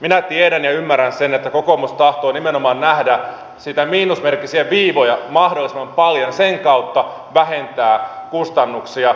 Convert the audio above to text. minä tiedän ja ymmärrän sen että kokoomus tahtoo nimenomaan nähdä niitä miinusmerkkisiä viivoja mahdollisimman paljon ja sen kautta vähentää kustannuksia